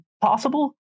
possible